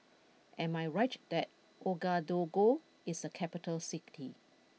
am I right that Ouagadougou is a capital city